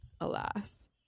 alas